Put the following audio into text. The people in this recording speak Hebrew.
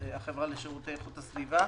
החברה לשירותי איכות הסביבה,